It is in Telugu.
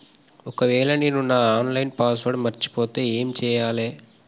ఒకవేళ నేను నా ఆన్ లైన్ పాస్వర్డ్ మర్చిపోతే ఏం చేయాలే?